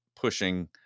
Pushing